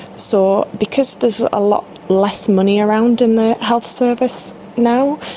so because there is a lot less money around in the health service now,